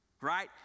Right